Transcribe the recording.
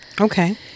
Okay